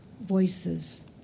voices